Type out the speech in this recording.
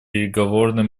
переговорный